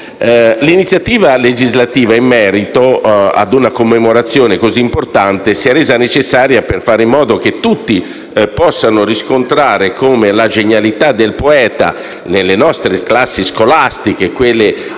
L'iniziativa legislativa in merito a una commemorazione così importante si è resa necessaria per fare in modo che tutti possano riscontrare come la genialità del poeta nelle nostre classi scolastiche, quelle che